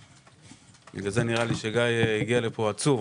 נראה לי שגיא הגיע לפה עצוב...